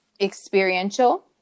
Experiential